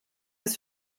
das